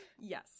Yes